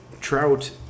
Trout